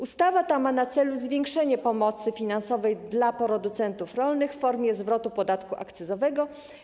Ustawa ta ma na celu zwiększenie pomocy finansowej dla producentów rolnych w formie zwrotu podatku akcyzowego.